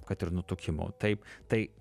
kad ir nutukimu taip tai